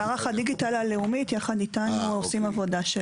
מערך הדיגיטל הלאומי יחד איתנו עושים עבודה.